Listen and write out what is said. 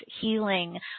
healing